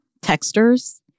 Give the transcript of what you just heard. texters